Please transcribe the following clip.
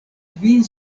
kvin